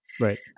right